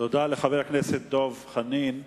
תודה לחבר הכנסת דב חנין.